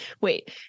Wait